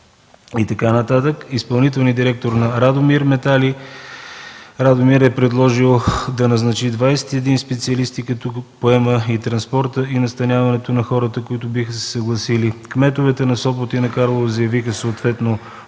и така нататък. Изпълнителният директор на „Радомир метали” – Радомир, е предложил да назначи 21 специалисти, като поема транспорта и настаняването на хората, които биха се съгласили. Кметовете на Сопот и на Карлово заявиха общо